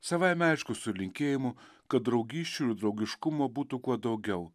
savaime aišku su linkėjimu kad draugysčių ir draugiškumo būtų kuo daugiau